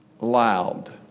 loud